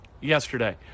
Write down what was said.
yesterday